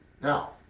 Now